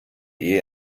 ehe